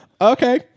Okay